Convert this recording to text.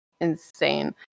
insane